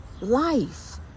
life